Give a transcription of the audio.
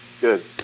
Good